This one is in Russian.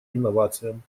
инновациям